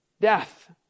death